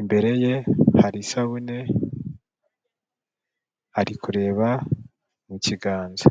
imbere ye hari isabune, ari kureba mu kiganza.